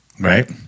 Right